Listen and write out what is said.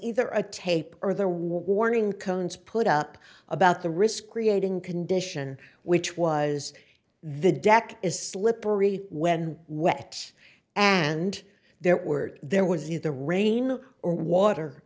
either a tape or the warning cones put up about the risk creating condition which was the deck is slippery when wet and there were there was the the rain or water